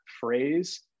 phrase